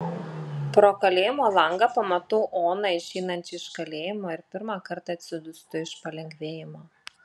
pro kalėjimo langą pamatau oną išeinančią iš kalėjimo ir pirmą kartą atsidūstu iš palengvėjimo